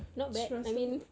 trustable